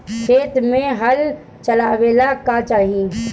खेत मे हल चलावेला का चाही?